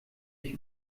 ich